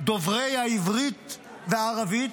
דוברי העברית והערבית,